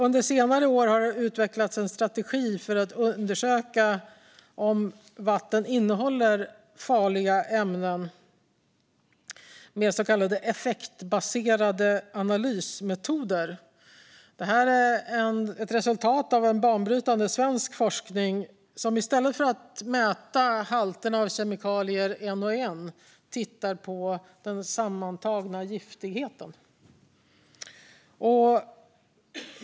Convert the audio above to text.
Under senare år har det utvecklats en strategi för att med så kallade effektbaserade analysmetoder undersöka om vatten innehåller farliga ämnen. Det här är ett resultat av banbrytande svensk forskning som i stället för att mäta halterna av kemikalier en och en tittar på den sammantagna giftigheten.